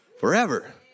Forever